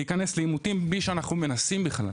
להיכנס לעימותים בלי שאנחנו מנסים בכלל.